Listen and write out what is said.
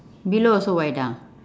below also white ah